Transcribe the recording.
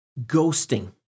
ghosting